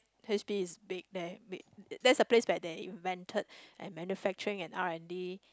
H_P is big there big that's the place where they invented and manufacturing and R-and-D